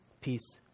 Peace